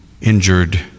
injured